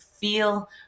feel